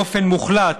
באופן מוחלט,